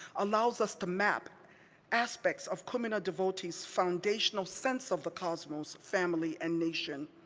allows us to map aspects of kumina devotees' foundational sense of the cosmos, family and nation.